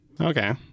okay